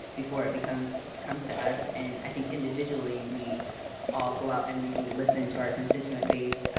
before it but comes comes to us, and i think individually we all go out and maybe listen to our constituent base,